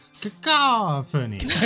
cacophony